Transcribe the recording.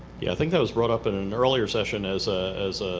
yeah think that was brought up in an earlier session as ah as